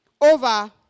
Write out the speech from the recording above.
over